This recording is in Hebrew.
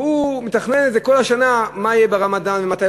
והוא מתכנן כל השנה מה יהיה ברמדאן ומתי